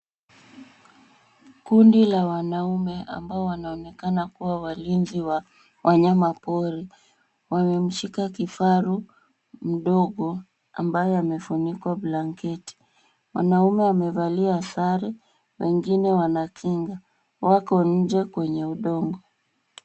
Kundi la wanaume ambao wanaonekana kuwa walinzi wa wanyamapori. Wamemshika kifaru mdogo ambaye amefunikwa blanketi. Mwanaume amevalia sare wengine wana kinga. Wako nje kwenye udongo.